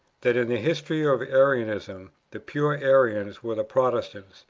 that in the history of arianism, the pure arians were the protestants,